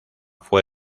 fue